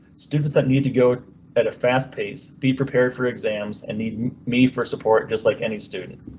students that need to go at a fast pace be prepared for exams and need me for support just like any student.